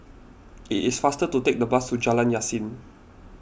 it is faster to take the bus to Jalan Yasin